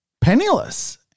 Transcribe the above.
penniless